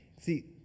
See